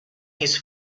his